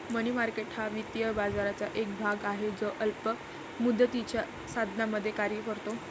मनी market हा वित्तीय बाजाराचा एक भाग आहे जो अल्प मुदतीच्या साधनांमध्ये कार्य करतो